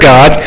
God